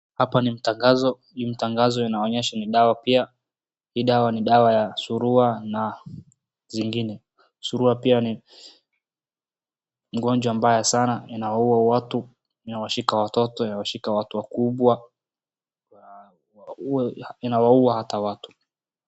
Hapa ni mtangazo inaonyesha ni dawa pia. Hii dawa ni dawa ya surua na zingine .Surua pia ni ugonjwa mbaya sana inaua watu inawashika watoto inawashika watu wakumbwa inawaua hata watu.